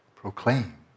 Proclaim